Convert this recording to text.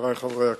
חברי חברי הכנסת,